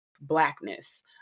blackness